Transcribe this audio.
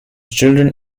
children